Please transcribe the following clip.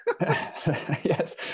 Yes